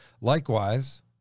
Likewise